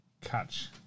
catch